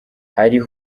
hari